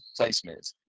placements